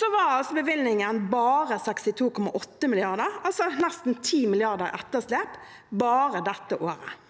var bevilgningen bare 62,8 mrd. kr, altså nesten 10 mrd. kr i etterslep bare dette året.